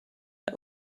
n’a